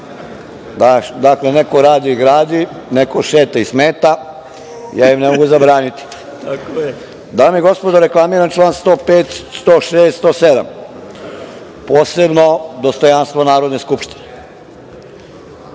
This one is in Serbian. Dakle, neko radi i gradi, neko šeta i smeta, ja im ne mogu zabraniti. Dame i gospodo, reklamiram član 105, 106. i 107. Posebno, dostojanstvo Narodne skupštine.